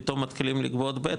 פתאום מתחילים לגבות ב',